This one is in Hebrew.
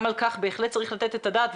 גם על כך בהחלט צריך לתת את הדעת,